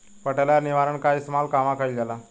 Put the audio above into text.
पटेला या निरावन का इस्तेमाल कहवा कइल जाला?